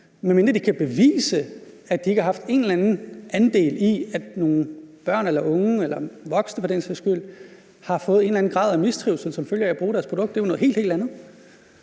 medmindre de kan bevise, at de ikke har haft en eller anden andel i, at nogle børn eller unge eller voksne for den sags skyld har fået en eller anden grad af mistrivsel som følge af at bruge deres produkt. Det er jo noget helt, helt